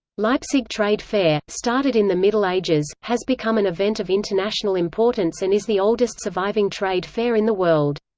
leipzig trade fair, started in the middle ages, has become an event of international importance and is the oldest surviving trade fair in the world.